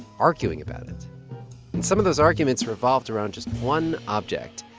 arguing about it. and some of those arguments revolved around just one object,